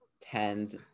tens